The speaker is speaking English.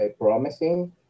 promising